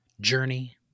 journey